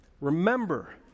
Remember